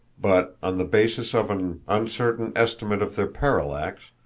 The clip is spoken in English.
but, on the basis of an uncertain estimate of their parallax,